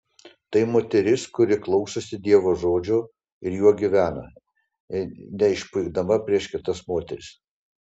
tai moteris kuri klausosi dievo žodžio ir juo gyvena neišpuikdama prieš kitas moteris